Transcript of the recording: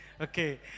okay